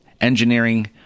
engineering